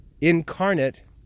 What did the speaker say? incarnate